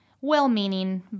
well-meaning